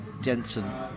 Jensen